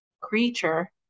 creature